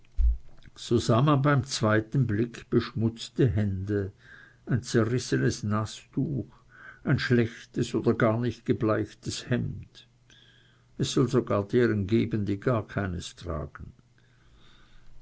man beim zweiten blick beschmutzte hände ein zerrissenes nastuch ein schlechtes oder gar nicht gebleichtes hemd es soll sogar deren geben die gar keins tragen